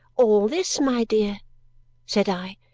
all this, my dear said i.